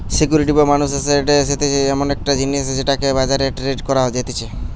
security বা মানুষের asset হতিছে এমন একটা জিনিস যেটাকে বাজারে ট্রেড করা যাতিছে